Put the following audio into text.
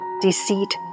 deceit